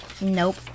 Nope